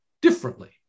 differently